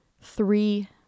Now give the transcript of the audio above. three